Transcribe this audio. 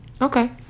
Okay